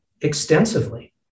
extensively